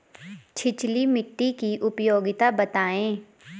छिछली मिट्टी की उपयोगिता बतायें?